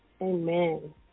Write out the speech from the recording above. amen